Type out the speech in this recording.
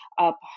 up